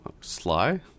sly